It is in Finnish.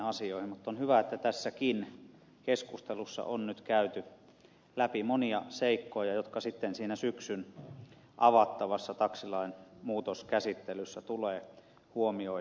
mutta on hyvä että tässäkin keskustelussa on nyt käyty läpi monia seikkoja jotka sitten siinä syksyn avattavassa taksilain muutoskäsittelyssä tulee huomioida